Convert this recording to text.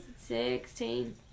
Sixteen